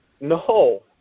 No